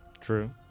true